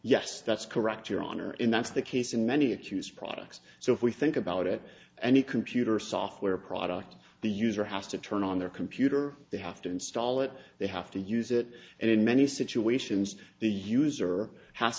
yes that's correct your honor in that's the case in many accused products so if we think about it any computer software product the user has to turn on their computer they have to install it they have to use it and in many situations the user has